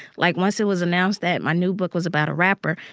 like, once it was announced that my new book was about a rapper,